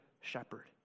shepherd